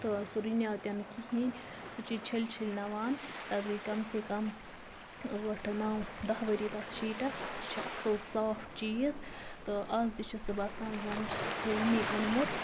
تہٕ سُہ رنیو تہِ نہٕ کِہیٖنۍ سُہ چھُ چھٕلۍ چھٕلۍ نَوان تَتھ گے کَم سے کَم ٲٹھ نَو داہہ ؤری تتھ شیٖٹَس سُہ چھُ اصل صاف چیٖز تہٕ آز تہِ چھُ سُہ باسان زَن چھُکھ سُہ وٕنی اوٚنمُت